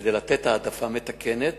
כדי לתת העדפה מתקנת,